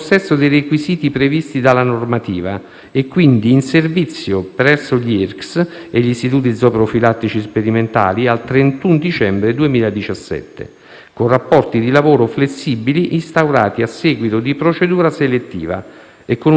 presso gli IRCCS e gli istituti zooprofilattici sperimentali (IZS) al 31 dicembre 2017, con rapporti di lavoro flessibili instaurati a seguito di procedura selettiva e con un'anzianità di servizio di almeno tre anni negli ultimi cinque.